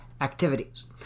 activities